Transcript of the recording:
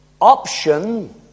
option